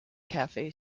cafe